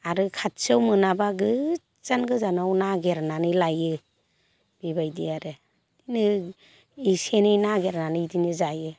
आरो खाथियाव मोनाबा गोजान गोजानाव नागेरनानै लायो बेबायदि आरो एसे एनै नागेरनानै बेदिनो जायो